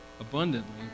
abundantly